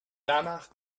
danach